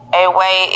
away